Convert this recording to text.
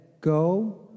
go